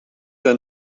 ten